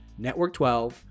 NETWORK12